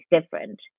different